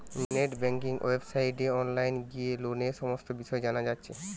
net banking ওয়েবসাইটে online গিয়ে লোনের সমস্ত বিষয় জানা যাচ্ছে